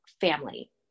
family